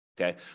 Okay